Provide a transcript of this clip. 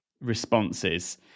responses